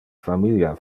familia